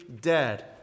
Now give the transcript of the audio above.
dead